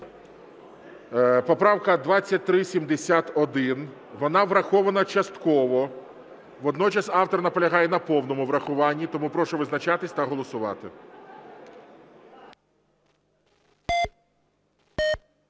Поправка 2371. Вона врахована частково. Водночас автор наполягає на повному врахуванні. Тому прошу визначатись та голосувати.